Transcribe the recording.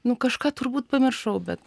nu kažką turbūt pamiršau bet